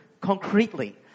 concretely